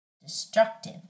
destructive